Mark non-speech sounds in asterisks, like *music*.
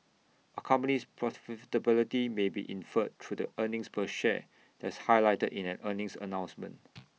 A company's *unintelligible* may be inferred through the earnings per share that's highlighted in an earnings announcement